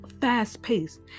fast-paced